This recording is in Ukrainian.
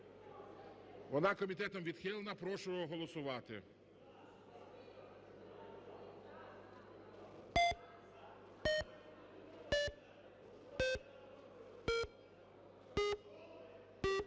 Вона комітетом відхилена. Прошу голосувати.